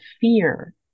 fear